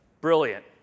Brilliant